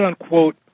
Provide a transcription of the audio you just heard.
unquote